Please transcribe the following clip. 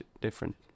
different